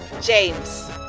James